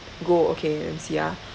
goh okay let me see ah